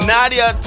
Nadia